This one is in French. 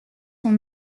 sont